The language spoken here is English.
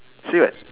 say what